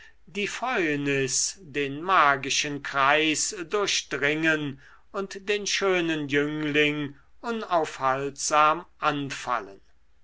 die fäulnis den magischen kreis durchdringen und den schönen jüngling unaufhaltsam anfallen